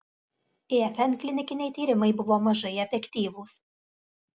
ifn klinikiniai tyrimai buvo mažai efektyvūs